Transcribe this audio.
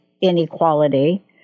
inequality